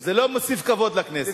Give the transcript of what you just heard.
זה לא מוסיף כבוד לכנסת.